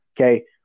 Okay